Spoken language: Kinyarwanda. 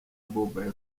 mobile